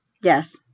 Yes